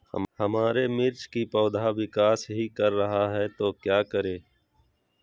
हमारे मिर्च कि पौधा विकास ही कर रहा है तो क्या करे?